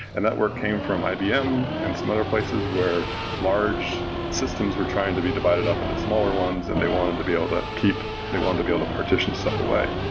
and that work came from ibm and some other places where large systems were trying to be divided up into smaller ones and they wanted to be able to keep they wanted to be able to partition stuff away.